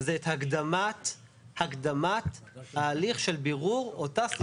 זה את הקדמת ההליך של בירור אותו סירוב.